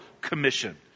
commission